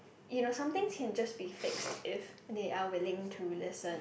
you know something can just be fixed if they are willing to listen